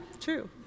True